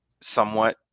somewhat